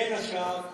בין השאר,